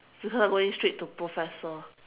because I'm going straight to professor